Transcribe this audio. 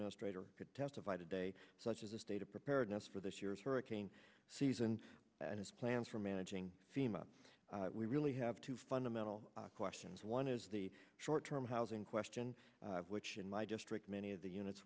most trader could testify today such as the state of preparedness for this year's hurricane season and his plans for managing fema we really have two fundamental questions one is the short term housing question which in my district many of the units